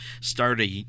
started